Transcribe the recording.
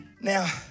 now